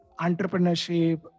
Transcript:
entrepreneurship